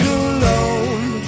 alone